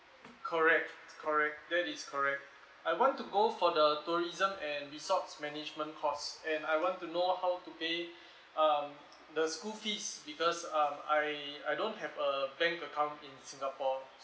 correct correct that is correct I want to go for the tourism and resort management course and I want to know how to pay um the school fees because um I I don't have a bank account in singapore